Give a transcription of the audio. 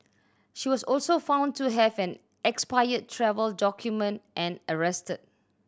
she was also found to have an expired travel document and arrested